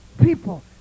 people